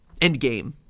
Endgame